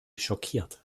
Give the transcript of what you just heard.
schockiert